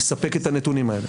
לספק את הנתונים האלה.